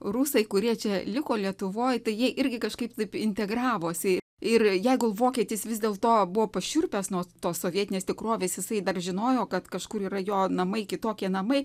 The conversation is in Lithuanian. rusai kurie čia liko lietuvoj tai jie irgi kažkaip taip integravosi ir jeigu vokietis vis dėlto buvo pašiurpęs nuo tos sovietinės tikrovės jisai dar žinojo kad kažkur yra jo namai kitokie namai